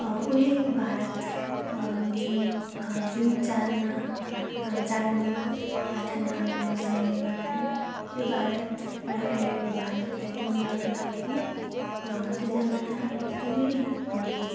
उहिलेको भारत जुन जुन चाराना आठ चारानी आठानाहरूमा चल्ने गर्थ्यो त्यो भारत र अहिलेको भारतलाई तुलना गर्दाखेरि त्यो जमाना एकदम